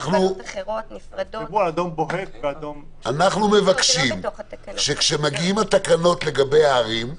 אנחנו מבקשים שכאשר מגיעות התקנות לגבי הערים,